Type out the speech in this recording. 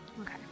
Okay